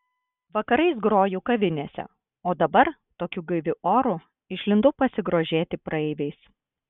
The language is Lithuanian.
vakarais groju kavinėse o dabar tokiu gaiviu oru išlindau pasigrožėti praeiviais